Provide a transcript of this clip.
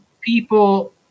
people